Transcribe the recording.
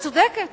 את צודקת,